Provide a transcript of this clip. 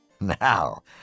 Now